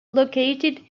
located